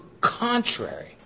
contrary